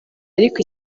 ariko